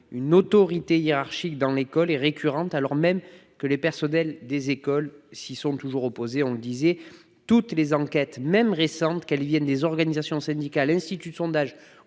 une autorité hiérarchique dans l'école est récurrente alors même que les personnels des écoles s'y sont toujours opposés. Toutes les enquêtes, même récentes, qu'elles viennent des organisations syndicales, d'instituts de sondages